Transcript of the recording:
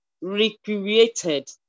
Recreated